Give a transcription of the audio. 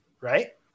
right